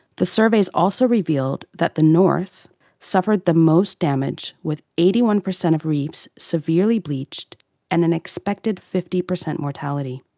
the surveys also revealed that the north suffered the most damage with eighty one per cent of reefs severely bleached and an expected fifty per cent mortality.